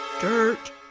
dirt